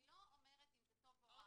אני לא אומרת אם זה טוב או רע,